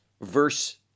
verse